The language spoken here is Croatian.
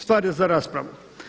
Stvar je za raspravu.